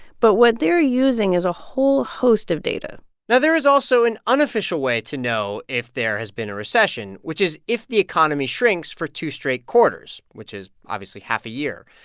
but what they're using is a whole host of data now, there is also an unofficial way to know if there has been a recession, which is if the economy shrinks for two straight quarters, which is, obviously, half a year.